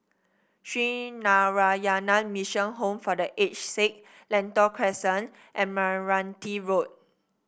Sree Narayana Mission Home for The Aged Sick Lentor Crescent and Meranti Road